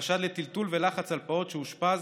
בחשד לטלטול ולחץ על פעוט שאושפז